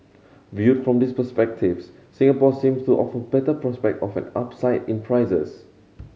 viewed from this perspectives Singapore seems to offer better prospect often upside in prices